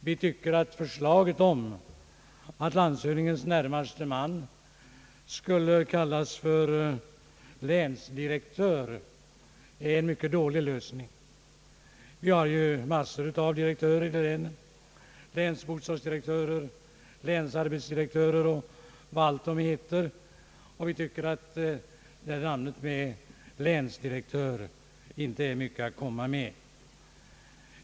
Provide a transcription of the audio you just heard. Vi tycker att förslaget om att landshövdingens närmaste man skulle kallas för länsdirektör är en mycket dålig lösning. Vi har ju en mängd olika direktörer — länsbostadsdirektörer, länsarbetsdirektörer och allt vad de heter. Därför tycker vi inte titeln länsdirektör är mycket att komma med.